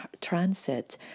transit